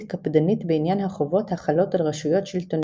קפדנית בעניין החובות החלות על רשויות שלטוניות,